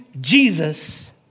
Jesus